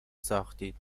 ساختید